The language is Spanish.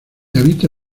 habita